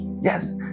Yes